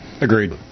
Agreed